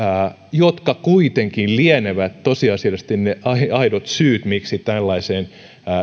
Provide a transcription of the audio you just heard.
jotka kuitenkin lienevät tosiasiallisesti ne aidot syyt miksi tällaiseen